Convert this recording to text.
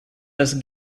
das